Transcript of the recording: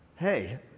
Hey